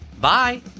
Bye